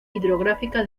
hidrográfica